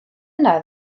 yna